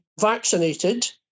vaccinated